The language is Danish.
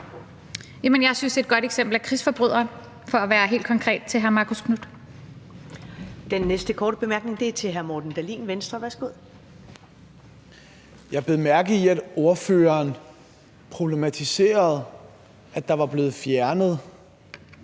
Jeg bed mærke i, at ordføreren problematiserede, at der var blevet fjernet